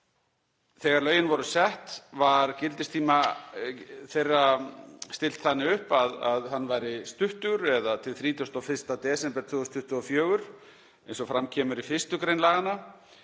Þegar lögin voru sett var gildistíma þeirra stillt þannig upp að hann væri stuttur, eða til 31. desember 2024, eins og fram kemur í 1. gr. laganna.